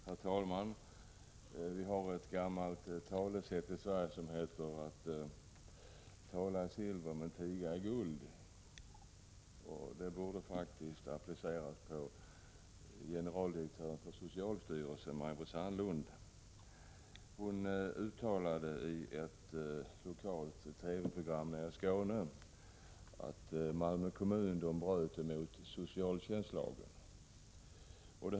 Herr talman! Vi har ett gammalt talesätt i Sverige som lyder: ”Tala är silver, tiga är guld.” Det borde faktiskt appliceras på generaldirektören för ” socialstyrelsen Maj-Britt Sandlund. Hon uttalade i ett lokalt TV-program i Skåne att Malmö kommun bröt mot socialtjänstlagen.